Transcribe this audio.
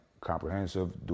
comprehensive